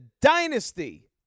dynasty